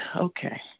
okay